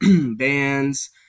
bands